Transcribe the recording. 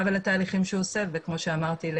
ולתהליכים שהוא עושה וכמו שאמרתי אני